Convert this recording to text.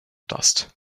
dust